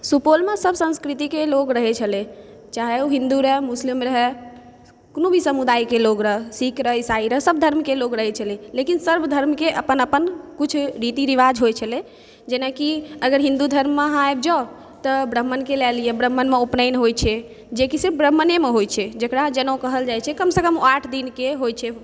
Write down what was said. सुपौलमे सब संस्कृतिकेँ लोग रहै छलै चाहे ओ हिन्दु रहै मुस्लिम रहै कोनो भी समुदायके लोग रहै सिख रहै इसाई रहै सब धर्मके लोग रहै छलै लेकिन सब धर्मके अपन अपन किछु रीति रिवाज होइ छलै जेनाकि अगर हिन्दु धर्ममे अहाँ आबि जाउ तऽ ब्राम्हणके लए लिअ ब्राम्हणकेँ उपनयन होइ छै जेकि सिर्फ ब्राम्हणेमे होइत छै जकरा जनेउ कहल जाइत छै कम सँ कम ओ आठ दिनके होइ छै